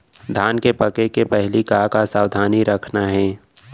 धान के पके के पहिली का का सावधानी रखना हे?